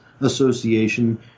association